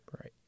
Right